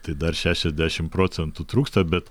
tai dar šešiasdešim procentų trūksta bet